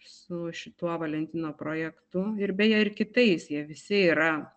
su šituo valentino projektu ir beje ir kitais jie visi yra